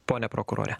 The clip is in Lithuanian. pone prokurore